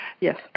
Yes